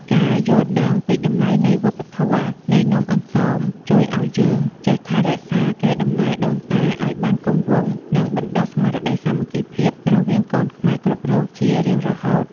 ការយល់ដឹងពីតម្លៃវប្បធម៌នៃនំអន្សមជួយឱ្យយើងចេះថែរក្សាកេរដំណែលដូនតាឱ្យបានគង់វង្ស និង បណ្តុះស្មារតីសាមគ្គីភាពរវាងកូនខ្មែរគ្រប់រូបជារៀងរហូត។